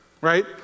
right